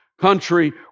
country